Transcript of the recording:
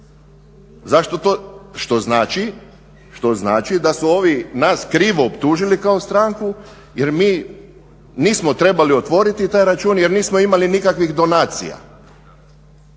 Što znači da su ovi nas krivo optužili kao stranku jer mi nismo trebali otvoriti taj račun jer nismo imali nikakvih donacija.